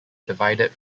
divided